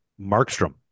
Markstrom